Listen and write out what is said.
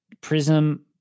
Prism